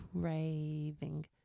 craving